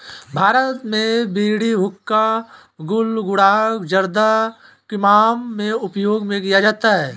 भारत में बीड़ी हुक्का गुल गुड़ाकु जर्दा किमाम में उपयोग में किया जाता है